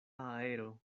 aero